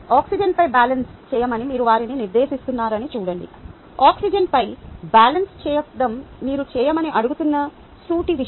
ఆక్సిజన్పై balance చేయమని మీరు వారిని నిర్దేశిస్తున్నారని చూడండి ఆక్సిజన్పై బ్యాలెన్స్ చేయడం మీరు చేయమని అడుగుతున్న సూటి విషయం